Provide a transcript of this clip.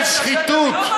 של שחיתות.